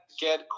get